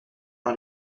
par